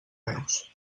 peus